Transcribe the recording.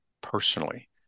personally